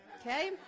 Okay